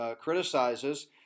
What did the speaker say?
criticizes